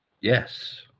Yes